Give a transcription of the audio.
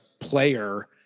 player